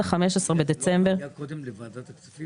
ה-15 בדצמבר --- זה לא מגיע קודם לוועדת הכספים?